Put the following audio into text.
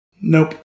Nope